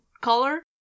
color